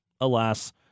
alas